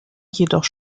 jedoch